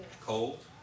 Cold